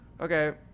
okay